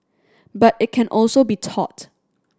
but it can also be taught